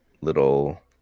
little